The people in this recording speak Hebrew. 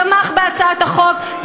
בהצעת החוק,